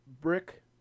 brick